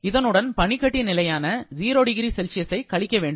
இதனுடன் பனிக்கட்டி நிலையான 0 டிகிரி செல்சியஸ் ஐ கழிக்க வேண்டும்